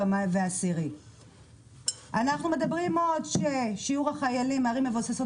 10. אנחנו מדברים עוד ששיעור החיילים מערים מבוססות